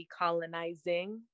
decolonizing